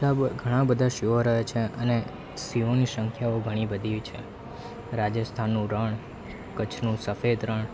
એટલા ઘણાં બધાં સિંહો રહે છે અને સિંહોની સંખ્યા ઘણી બધી છે રાજસ્થાનનું રણ ક્ચ્છનું સફેદ રણ